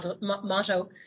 motto